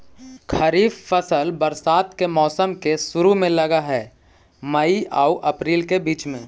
खरीफ फसल बरसात के मौसम के शुरु में लग हे, मई आऊ अपरील के बीच में